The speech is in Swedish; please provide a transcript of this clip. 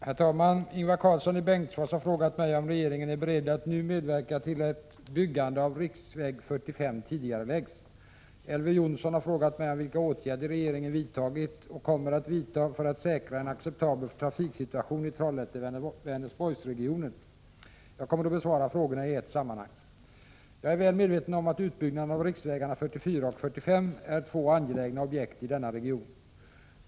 Herr talman! Ingvar Karlsson i Bengtsfors har frågat mig om regeringen är beredd att nu medverka till att byggande av riksväg 45 tidigareläggs. Elver Jonsson har frågat mig vilka åtgärder regeringen vidtagit — och | kommer att vidta — för att säkra en acceptabel trafiksituation i Trollhätte— Vänersborgsregionen. Jag kommer att besvara frågorna i ett sammanhang. Jag är väl medveten om att utbyggnaden av riksvägarna 44 och 45 är två angelägna objekt i denna region.